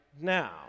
now